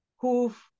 who've